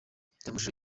amashusho